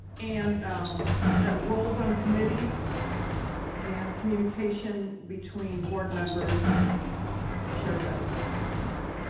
and roles on committees and communication between board members shared by the superintendent.